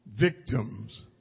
victims